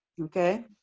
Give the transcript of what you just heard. Okay